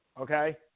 okay